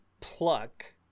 pluck